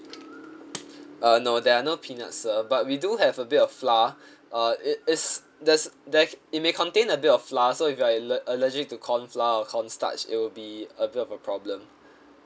uh no there are no peanuts sir but we do have a bit of flour uh it it's there's there it may contain a bit of flour so if you are aller~ allergic to corn flour or corn starch it will be a bit of a problem